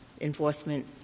enforcement